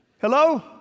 Hello